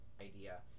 idea